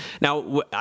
Now